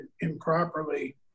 improperly